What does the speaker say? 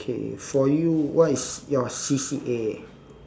okay for you what is your C_C_A